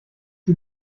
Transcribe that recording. die